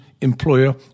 employer